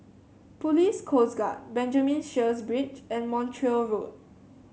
Police Coast Guard Benjamin Sheares Bridge and Montreal Road